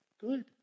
Good